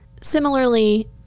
Similarly